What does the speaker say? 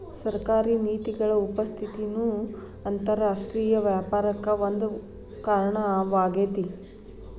ಸರ್ಕಾರಿ ನೇತಿಗಳ ಉಪಸ್ಥಿತಿನೂ ಅಂತರರಾಷ್ಟ್ರೇಯ ವ್ಯಾಪಾರಕ್ಕ ಒಂದ ಕಾರಣವಾಗೇತಿ